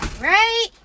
Right